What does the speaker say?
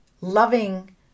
loving